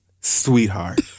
sweetheart